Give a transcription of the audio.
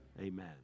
Amen